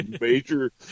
major